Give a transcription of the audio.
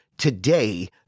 Today